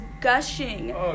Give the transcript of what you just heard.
gushing